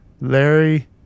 Larry